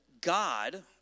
God